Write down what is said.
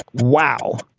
wow.